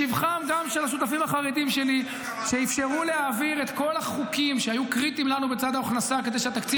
לשבחם של השותפים החרדים שלי -- אתה רוצה שאני אזכיר לך מה אתה עשית?